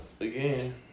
Again